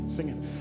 Singing